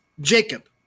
Jacob